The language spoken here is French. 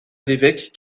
l’évêque